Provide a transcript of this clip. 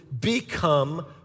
become